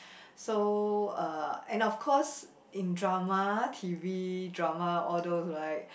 so uh and of course in drama T_V drama all those right